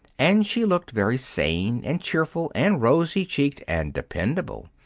and she looked very sane and cheerful and rosy-cheeked and dependable.